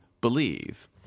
believe